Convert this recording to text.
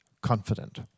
confident